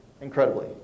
incredibly